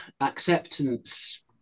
acceptance